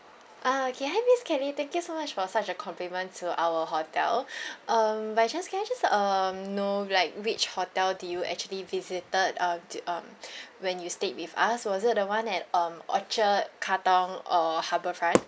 ah okay hi miss kelly thank you so much for such a compliment to our hotel um by chance can I just um know like which hotel did you actually visited uh d~ um when you stayed with us was it the one that um orchard katong or harbourfront